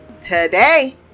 today